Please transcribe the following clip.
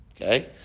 Okay